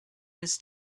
was